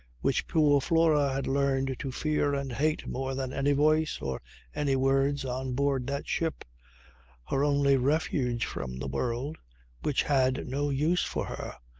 which poor flora had learned to fear and hate more than any voice or any words on board that ship her only refuge from the world which had no use for her,